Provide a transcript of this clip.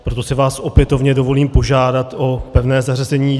Proto si vás opětovně dovolím požádat o pevné zařazení.